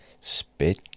spit